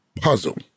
puzzle